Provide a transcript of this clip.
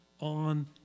on